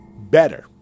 better